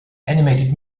animated